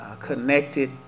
connected